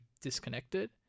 disconnected